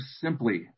simply